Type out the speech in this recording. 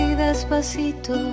despacito